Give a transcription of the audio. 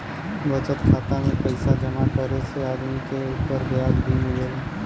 बचत खाता में पइसा जमा करे से आदमी के उपर ब्याज भी मिलेला